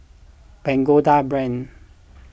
Pagoda Brand